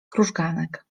krużganek